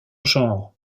genre